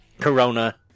corona